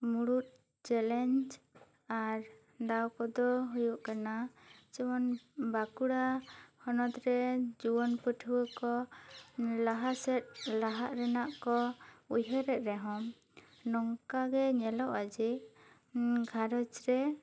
ᱢᱩᱲᱩᱛ ᱪᱮᱸᱞᱮᱸᱡᱽ ᱟᱨ ᱫᱟᱣ ᱠᱚᱫᱚ ᱦᱩᱭᱩᱜ ᱠᱟᱱᱟ ᱡᱮᱢᱚᱱ ᱵᱟᱸᱠᱩᱲᱟ ᱦᱚᱱᱚᱛ ᱨᱮ ᱡᱩᱣᱟᱹᱱ ᱯᱟᱹᱴᱷᱩᱭᱟᱹ ᱠᱚ ᱞᱟᱦᱟ ᱥᱮᱫ ᱞᱟᱦᱟᱜ ᱨᱮᱱᱟᱜ ᱠᱚ ᱩᱭᱦᱟᱹᱨᱮᱫ ᱨᱮᱦᱚᱸ ᱱᱚᱝᱠᱟ ᱜᱮ ᱧᱮᱞᱚᱜᱼᱟ ᱡᱮ ᱜᱷᱟᱨᱚᱸᱡᱽ ᱨᱮ